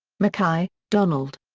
mackay, donald.